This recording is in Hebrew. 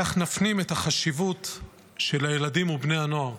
כך נפנים את החשיבות של הילדים ובני הנוער.